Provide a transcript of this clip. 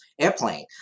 airplane